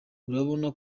urabona